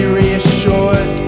reassured